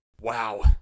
Wow